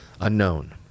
unknown